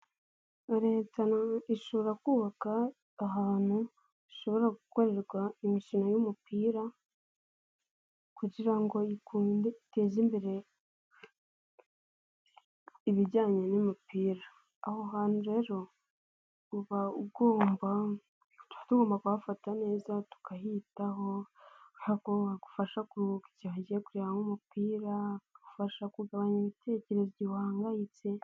Leta ishobora kubaka ahantu hashobora gukorerwa imikino y'umupira kugira ngo ikunde iteze imbere ibijyanye n'imipira. Aho hantu rero uba ugomba tuba tugomba kuhafata neza tukahitaho, hagufasha kuruhuka igihe ugiye kureba umupira, hagufasha kugabanya ibitekerezo wahangayitse...